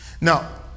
Now